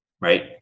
Right